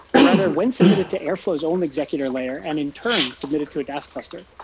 or rather when submitted to airflow's own executor layer and in turn submitted to a dask cluster,